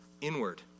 Inward